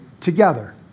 together